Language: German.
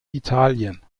italien